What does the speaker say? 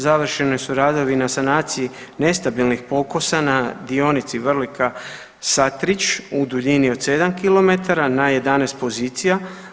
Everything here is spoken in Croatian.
Završeni su radovi na sanaciji nestabilnih pokusa na dionici Vrlika – Satrić u duljini od 7 km, na 11 pozicija.